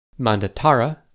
mandatara